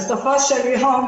בסופו של יום,